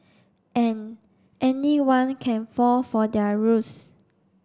and anyone can fall for their ruse